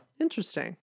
Interesting